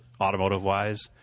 automotive-wise